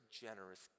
generous